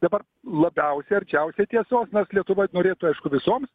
dabar labiausia arčiausiai tiesos nors lietuva norėtų aišku visoms